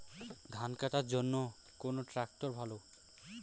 ধান কাটার জন্য কোন ট্রাক্টর ভালো?